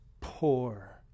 poor